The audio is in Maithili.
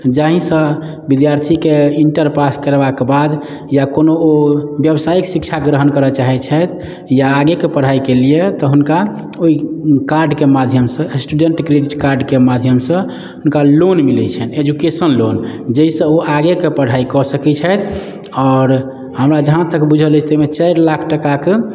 जाहिसँ विद्यार्थीके इन्टर पास करबाके बाद या कोनो ओ व्यावसायिक शिक्षा ग्रहण करय चाहे छैथि या आगेके पढ़ाइके लिए तऽ हुनका ओ कार्डके माध्यम से स्टूडेन्ट क्रेडिट कार्डके माध्यम से हुनका लोन मिलै छनि एजुकेशन लोन जाहिसँ ओ आगेके पढ़ाइ कऽ सकै छथि आओर हमरा जहाँ तक बुझल अछि ओहिमे चारि लाख टकाके